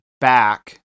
back